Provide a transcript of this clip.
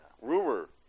Rumor